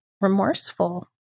remorseful